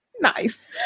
nice